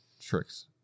tricks